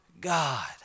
God